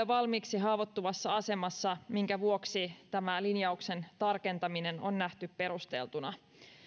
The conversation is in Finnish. valmiiksi haavoittuvassa asemassa minkä vuoksi tämä linjauksen tarkentaminen on nähty perusteltuna